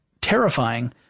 terrifying